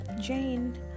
jane